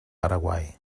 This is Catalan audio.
paraguai